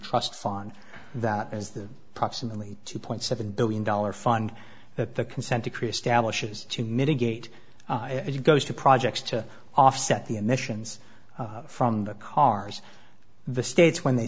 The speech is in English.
trust fund that is the proximately two point seven billion dollars fund that the consent decree establishes to mitigate it goes to projects to offset the emissions from the cars the states when they